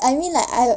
I mean like I